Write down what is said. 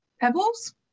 pebbles